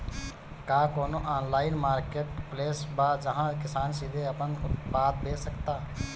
का कोनो online marketplace बा जहां किसान सीधे अपन उत्पाद बेच सकता?